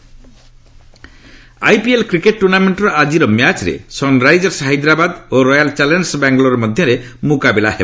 IPL IPL cricket ଟୁର୍ଣ୍ଣାମେଣ୍ଟର ଆଜିର ମ୍ୟାଚ୍ରେ ସନ୍ରାଇଜର୍ସ ହାଇଦ୍ରାବାଦ ଓ ରୟାଲ୍ ଚାଲେଞ୍ଜର୍ସ ବାଙ୍ଗାଲୋର ମଧ୍ୟରେ ମୁକାବିଲା ହେବ